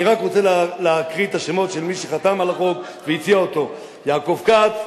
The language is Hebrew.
אני רק רוצה להקריא את השמות של מי שחתם על החוק והציע אותו: יעקב כץ,